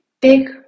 Big